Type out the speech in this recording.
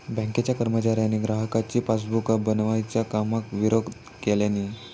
बँकेच्या कर्मचाऱ्यांनी ग्राहकांची पासबुका बनवच्या कामाक विरोध केल्यानी